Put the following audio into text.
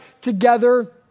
together